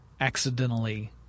accidentally